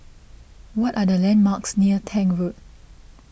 what are the landmarks near Tank Road